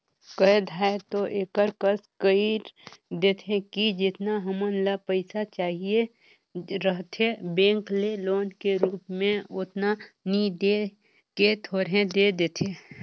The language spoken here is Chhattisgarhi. कए धाएर दो एकर कस कइर देथे कि जेतना हमन ल पइसा चाहिए रहथे बेंक ले लोन के रुप म ओतना नी दे के थोरहें दे देथे